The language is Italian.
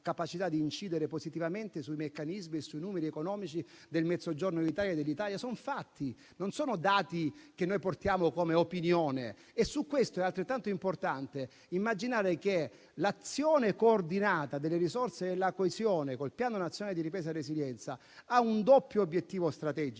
capacità di incidere positivamente sui meccanismi e sui numeri economici del Mezzogiorno d'Italia e dell'Italia. Sono fatti, non dati che noi portiamo come opinione. Su questo è altrettanto importante immaginare che l'azione coordinata delle risorse della coesione con il Piano nazionale di ripresa e resilienza ha un doppio obiettivo strategico: